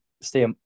stay